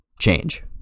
change